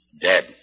Dead